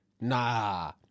Nah